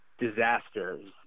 Disasters